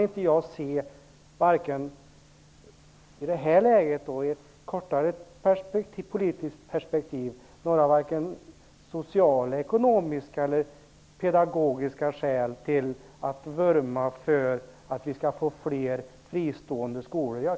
I det här läget och i ett kortare politiskt perspektiv kan jag inte se några sociala, ekonomiska eller pedagogiska skäl till att vurma för att vi skall få fler fristående skolor.